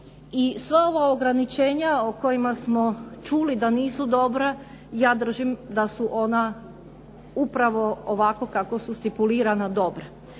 i sva ograničenja o kojima smo čuli da nisu dobra, ja držim da su ona upravo ovako kako su stipulirana dobra.